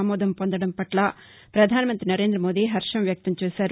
అమోదం పొందడం పట్ల పధానమంతి నరేందమోదీ హర్షం వ్యక్తంచేశారు